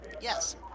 Yes